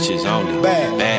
bad